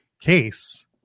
case